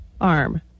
arm